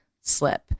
slip